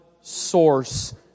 source